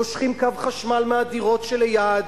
מושכים קו חשמל מהדירות שליד.